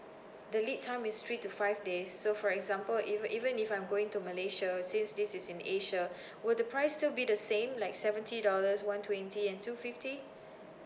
the lead time is three to five days so for example if even if I'm going to malaysia since this is in asia will the price still be the same like seventy dollars one twenty and two fifty